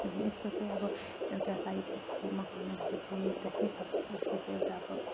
अनि यसको चाहिँ अब एउटा सयपत्री मखमलीको चाहिँ एउटा के छ भने यसको चाहिँ एउटा अब